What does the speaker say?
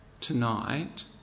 tonight